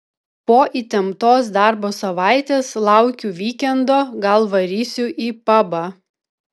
po įtemptos darbo savaitės laukiu vykendo gal varysiu į pabą